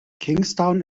kingstown